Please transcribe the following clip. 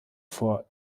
vor